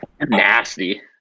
Nasty